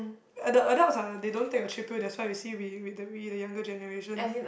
uh the adults ah they don't take a chill pill that's why you see with with the with the younger generation